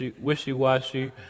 wishy-washy